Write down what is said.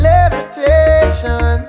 Levitation